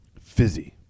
Fizzy